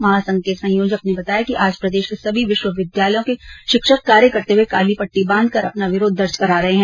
महासंघ के संयोजक ने बताया कि आज प्रदेश के सभी विश्वविद्यालयों के शिक्षक कार्य करते हुए काली पटटी बांधकर अपना विरोध दर्ज करा रहे है